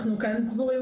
אנחנו כאן סבורים,